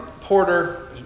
Porter